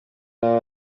n’aba